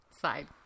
side